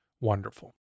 wonderful